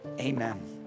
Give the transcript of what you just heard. Amen